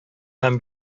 һәм